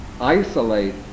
isolate